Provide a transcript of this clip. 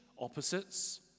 opposites